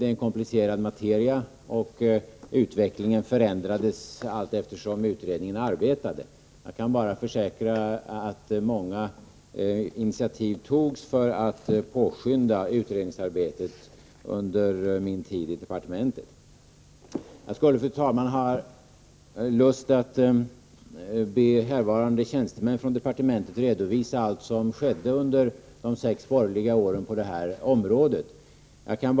Det är en komplicerad materia, och förhållandena förändrades allteftersom utredningen arbetade. Jag kan bara försäkra att många initiativ för att påskynda utredningsarbetet togs under min tid i departementet. Jag skulle, fru talman, ha lust att be härvarande tjänstemän från departementet att redovisa allt som skett på företagshälsovårdens område under de sex borgerliga åren.